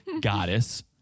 Goddess